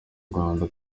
rwanda